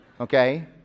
okay